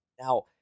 Now